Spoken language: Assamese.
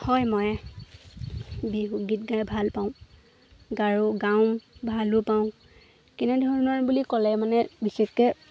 হয় মই বিহু গীত গাই ভাল পাওঁ গাৰো গাওঁ ভালো পাওঁ কেনেধৰণৰ বুলি ক'লে মানে বিশেষকৈ